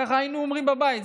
כך היינו אומרים בבית.